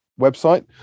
website